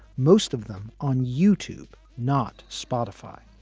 most of them on youtube, not spotify.